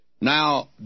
Now